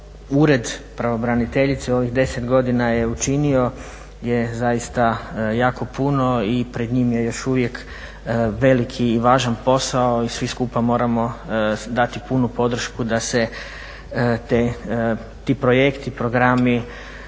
ured pravobraniteljice u ovih 10 godina je učinio je zaista jako puno i pred njim je još uvijek veliki i važan posao i svi skupa moramo dati punu podršku da se ti projekti, programi